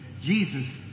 Jesus